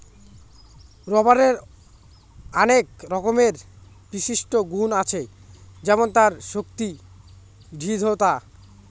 রবারের আনেক রকমের বিশিষ্ট গুন আছে যেমন তার শক্তি, দৃঢ়তা